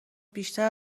بیشتر